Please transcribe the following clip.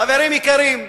חברים יקרים,